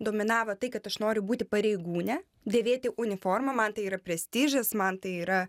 dominavo tai kad aš noriu būti pareigūne dėvėti uniformą man tai yra prestižas man tai yra